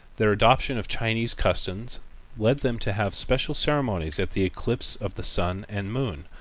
their adoption of chinese customs led them to have special ceremonies at the eclipse of the sun and moon,